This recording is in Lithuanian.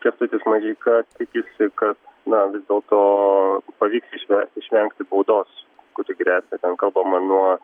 kęstutis mažeika tikisi kad na vis dėlto pavyks išve išvengti baudos kuri gresia ten kalbama nuo